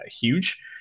huge